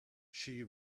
she